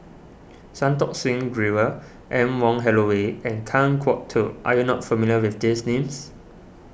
Santokh Singh Grewal Anne Wong Holloway and Kan Kwok Toh are you not familiar with these names